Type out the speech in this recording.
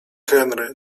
henry